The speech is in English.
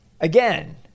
again